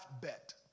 Bet